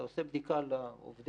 אתה עושה בדיקה לעובדים,